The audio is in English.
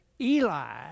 Eli